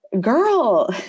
Girl